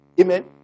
Amen